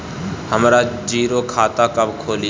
हमरा जीरो खाता कब खुली?